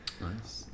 Nice